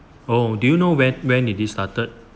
oh do you know when when did it started